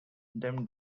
them